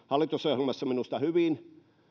hallitusohjelmassa on minusta hyvin